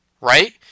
right